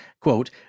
quote